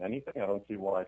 anything i don't see why